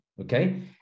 okay